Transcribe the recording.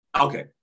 Okay